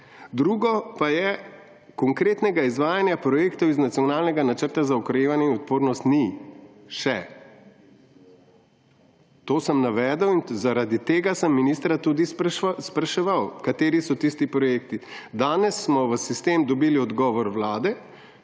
Drugo pa je, da konkretnega izvajanja projektov iz Nacionalnega načrta za okrevanje in odpornost ni. Še. To sem navedel in zaradi tega sem ministra tudi spraševal, kateri so tisti projekti. Danes smo v sistem dobili odgovor Vlade,